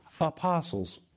apostles